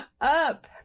up